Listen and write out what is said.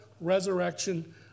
resurrection